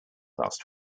last